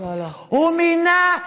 לא, לא.